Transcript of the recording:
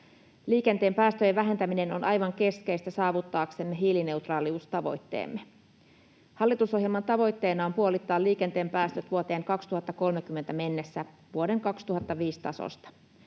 Liikenteen päästöjen vähentäminen on aivan keskeistä saavuttaaksemme hiilineutraaliustavoitteemme. Hallitusohjelman tavoitteena on puolittaa liikenteen päästöt vuoteen 2030 mennessä vuoden 2005 tasosta.